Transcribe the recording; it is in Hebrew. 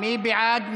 מי בעד?